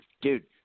Dude